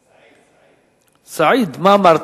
סעיד, סעיד.